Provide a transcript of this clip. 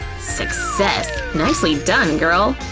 success! nicely, done, girl!